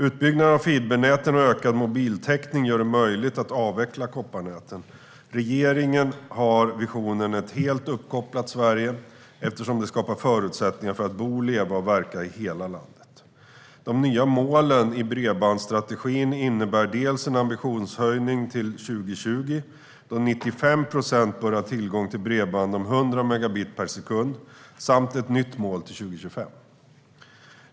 Utbyggnaden av fibernäten och ökad mobiltäckning gör det möjligt att avveckla kopparnäten. Regeringen har visionen om ett helt uppkopplat Sverige, eftersom det skapar förutsättningar för att bo, leva och verka i hela landet. De nya målen i bredbandsstrategin innebär dels en ambitionshöjning till 2020, då 95 procent bör ha tillgång bredband om 100 megabit per sekund, dels ett nytt mål till 2025.